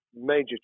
major